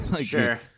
Sure